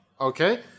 Okay